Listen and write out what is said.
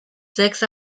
sechs